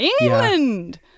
England